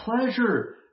pleasure